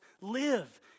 live